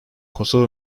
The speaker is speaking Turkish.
kosova